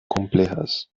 complejas